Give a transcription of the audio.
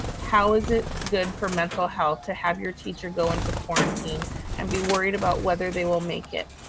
how is it good for mental health to have your teacher go into quarantine and be worried about whether they will make it?